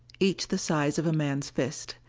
each the size of a man's fist.